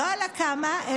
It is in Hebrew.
תגידי כמה.